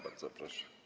Bardzo proszę.